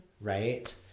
right